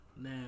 Now